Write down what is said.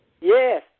Yes